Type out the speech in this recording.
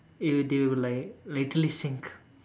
it will they will like literally sink